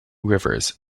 rivers